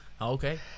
Okay